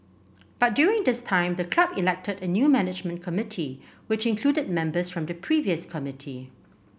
but during this time the club elected a new management committee which included members from the previous committee